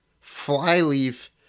Flyleaf